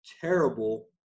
terrible